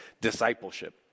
discipleship